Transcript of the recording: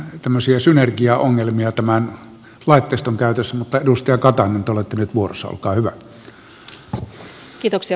tämä syö synergiaongelmia tämän laitteiston käytös mutta edusti akatainen tuuletteli arvoisa puhemies